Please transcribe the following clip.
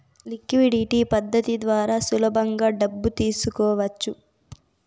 liquidity పద్ధతి ద్వారా సులభంగా డబ్బు తీసుకోవచ్చు